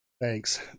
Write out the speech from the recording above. Thanks